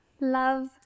Love